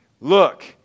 Look